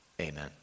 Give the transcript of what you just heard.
amen